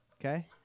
okay